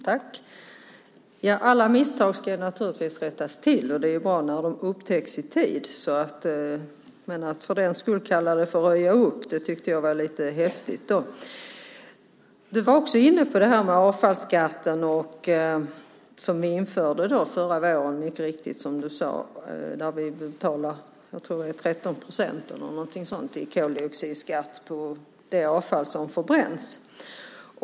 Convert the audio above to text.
Fru talman! Alla misstag ska naturligtvis rättas till, och det är bra när de upptäcks i tid. Men att för den skull kalla det att röja upp tyckte jag var lite häftigt. Du var också inne på avfallsskatten som vi mycket riktigt införde förra våren. Vi betalar 13 procent eller någonting sådant i koldioxidskatt på det avfall som förbränns.